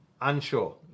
unsure